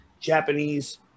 Japanese